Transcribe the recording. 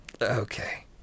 Okay